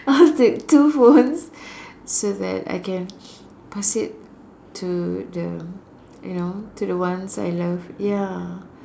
I take two phones so that I can pass it to the you know to the ones I love ya